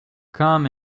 come